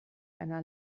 einer